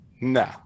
no